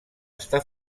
està